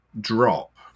drop